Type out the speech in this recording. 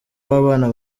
w’abana